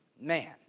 Man